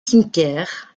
cimetières